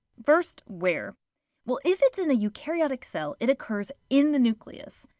first where well if it's in a eukaryotic cell, it occurs in the nucleus.